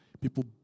People